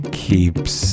keeps